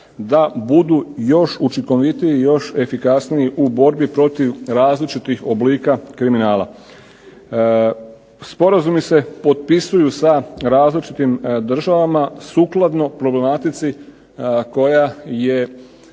da budu još učinkovitiji, još efikasniji u borbi protiv različitih oblika kriminala. Sporazumi se potpisuju sa različitim državama sukladno problematici koja je